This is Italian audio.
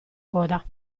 coda